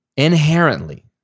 Inherently